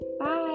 Bye